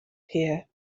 here